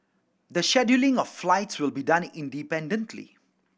the scheduling of flights will be done independently